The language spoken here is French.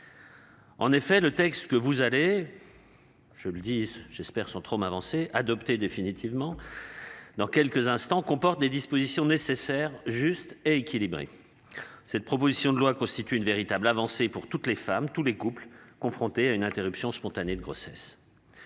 En effet, le texte que vous allez. Je le dis, j'espère sans trop m'avancer, adopté définitivement. Dans quelques instants comporte des dispositions nécessaires juste et équilibrée. Cette proposition de loi constitue une véritable avancée pour toutes les femmes tous les couples confrontés à une interruption spontanée de grossesse.